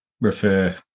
refer